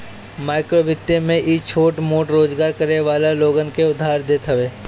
माइक्रोवित्त में इ छोट मोट रोजगार करे वाला लोगन के उधार देत हवे